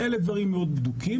אלא דברים מאוד בדוקים,